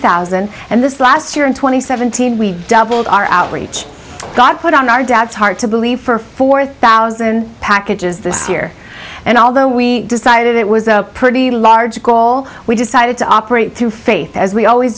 thousand and this last year in two thousand and seventeen we doubled our outreach got put on our dads hard to believe for four thousand packages this year and although we decided it was a pretty large goal we decided to operate through faith as we always